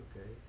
Okay